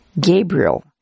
Gabriel